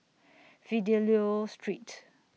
Fidelio Street